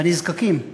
בנזקקים,